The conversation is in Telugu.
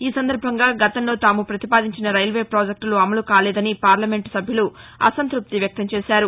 ఈ సందర్బంగా గతంలో తాము పతిపాదించిన రైల్వే పాజెక్టులు అమలు కాలేదని పార్లమెంటు సభ్యులు అసంత్బప్తి వ్యక్తంచేశారు